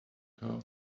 her